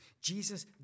Jesus